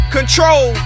Control